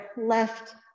left